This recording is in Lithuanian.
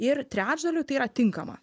ir trečdaliui tai yra tinkama